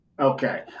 Okay